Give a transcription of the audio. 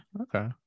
okay